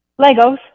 Legos